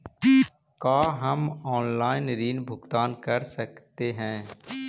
का हम आनलाइन ऋण भुगतान कर सकते हैं?